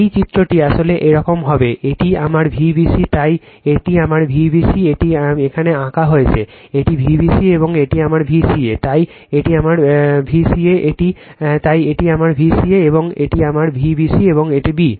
এই চিত্রটি আসলে এরকম হবে এটি আমার Vbc তাই এটি আমার Vbc এটি এখানে আঁকা হয়েছে এটি Vbc এবং এটি আমার Vca তাই এটি আমার Vca এটি তাই এটি আমার Vca এবং এটি আমার Vbc এবং এই b